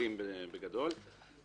ובגדול מדובר בעיקולים,